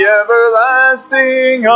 everlasting